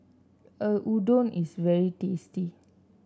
udon is very tasty